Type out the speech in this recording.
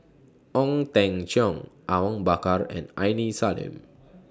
Ong Teng Cheong Awang Bakar and Aini Salim